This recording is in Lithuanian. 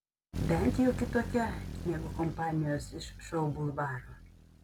bent jau kitokia negu kompanijos iš šou bulvaro